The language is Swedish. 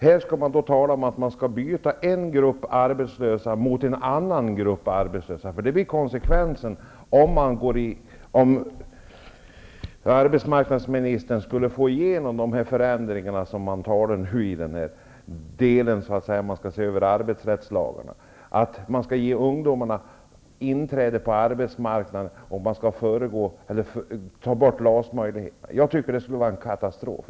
Här talar man om att byta en grupp arbetslösa mot en annan grupp arbetslösa -- det blir konsekvensen om arbetsmarknadsministern skulle få igenom de förändringar som man vill göra efter att ha sett över arbetsrättslagarna. Man skall alltså ge ungdomarna inträde på arbetsmarknaden och ta bort LAS. Det skulle vara en katastrof.